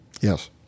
Yes